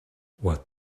what